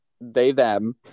they-them